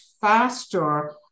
faster